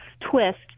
twist